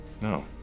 no